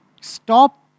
Stop